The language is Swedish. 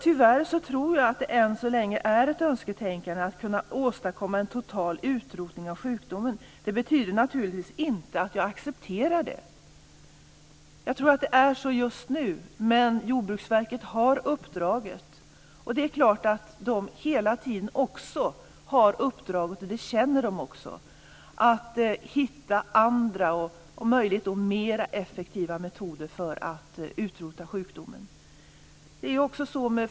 Tyvärr tror jag att det än så länge är ett önsketänkande att man ska kunna åstadkomma en total utrotning av sjukdomen. Det betyder naturligtvis inte att jag accepterar det. Jag tror att det är så just nu, men Jordbruksverket har det här uppdraget. Det är klart att Jordbruksverket hela tiden också har uppdraget, och det känner de också, att hitta andra och om möjligt mer effektiva metoder för att utrota sjukdomen.